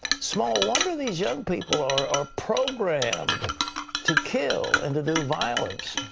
small wonder these young people are are programmed to kill and to do violence,